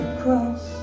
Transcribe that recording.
cross